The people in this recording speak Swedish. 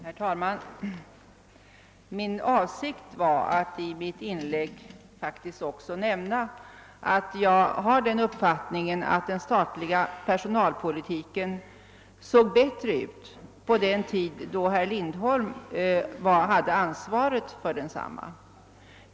Herr talman! Min avsikt var faktiskt att i mitt inlägg också nämna, att jag har den uppfattningen att den statliga personalpolitiken var bättre på den tid herr Lindholm hade ansvaret för den.